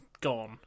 gone